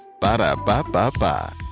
Ba-da-ba-ba-ba